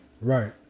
Right